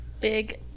Big